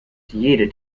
jede